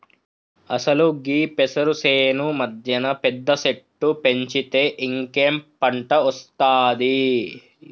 అసలు గీ పెసరు సేను మధ్యన పెద్ద సెట్టు పెంచితే ఇంకేం పంట ఒస్తాది